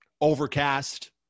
Overcast